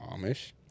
Amish